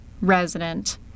resident